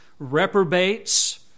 Reprobates